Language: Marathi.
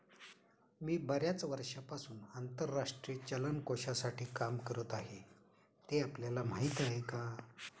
मी बर्याच वर्षांपासून आंतरराष्ट्रीय चलन कोशासाठी काम करत आहे, ते आपल्याला माहीत आहे का?